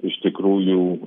iš tikrųjų